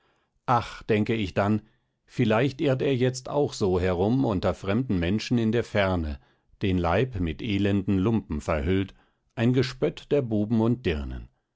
ach denke ich dann vielleicht irrt er jetzt auch so herum unter fremden menschen in der ferne den leib mit elenden lumpen verhüllt ein gespött der buben und dirnen